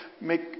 make